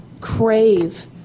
crave